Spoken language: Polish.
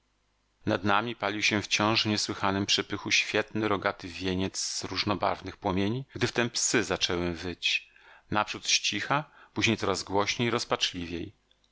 nad nami palił się wciąż w niesłychanym przepychu świetny rogaty wieniec różnobarwnych płomieni gdy wtem psy zaczęły wyć naprzód z cicha później coraz głośniej i rozpaczliwiej